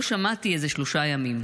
לא שמעתי איזה שלושה ימים.